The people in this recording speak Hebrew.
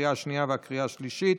עברה בקריאה השלישית,